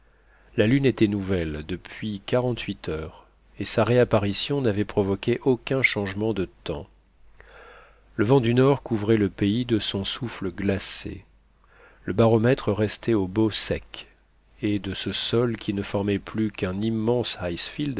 la lune était nouvelle depuis quarante-huit heures et sa réapparition n'avait provoqué aucun changement de temps le vent du nord couvrait le pays de son souffle glacé le baromètre restait au beau sec et de ce sol qui ne formait plus qu'un immense